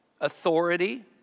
authority